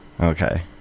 Okay